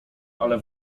ale